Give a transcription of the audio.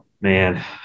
Man